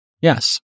Yes